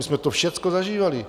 My jsme to všecko zažívali.